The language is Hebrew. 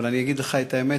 אבל אני אגיד לך את האמת,